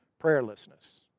Prayerlessness